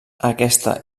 aquesta